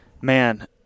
man